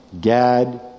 Gad